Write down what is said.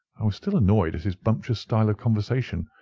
i was still annoyed at his bumptious style of conversation.